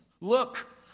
Look